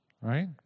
right